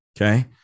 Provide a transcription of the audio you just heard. okay